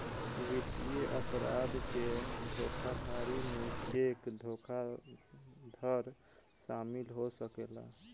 वित्तीय अपराध के धोखाधड़ी में चेक धोखाधड़ शामिल हो सकेला